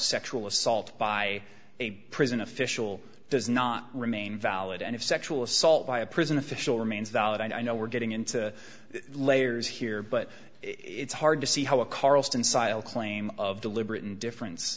sexual assault by a prison official does not remain valid and if sexual assault by a prison official remains valid i know we're getting into layers here but it's hard to see how a carlston sile claim of deliberate indifference